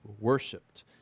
worshipped